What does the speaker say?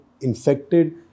infected